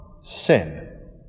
sin